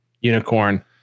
unicorn